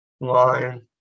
line